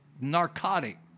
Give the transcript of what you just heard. narcotic